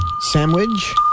Sandwich